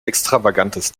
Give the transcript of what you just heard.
extravagantes